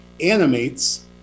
animates